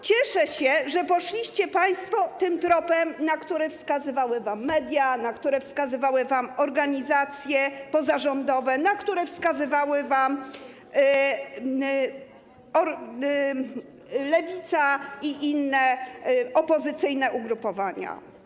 Cieszę się, że poszliście państwo tym tropem, na który wskazywały wam media, na który wskazywały wam organizacje pozarządowe, na który wskazywały wam Lewica i inne opozycyjne ugrupowania.